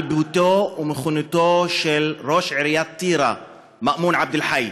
ביתו ומכוניתו של ראש עיריית טירה מאמון עבד אלחי.